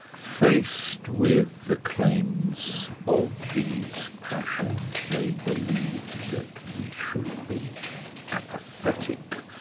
faced with the claims of these passions, they believed that we should be apathetic.